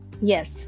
Yes